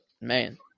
man